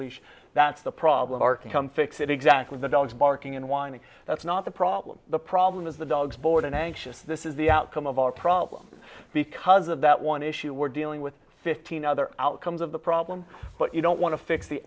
leash that's the problem or come fix it exactly the dogs barking and whining that's not the problem the problem is the dogs bored and anxious this is the outcome of our problems because of that one issue we're dealing with fifteen other outcomes of the problem but you don't want to fix the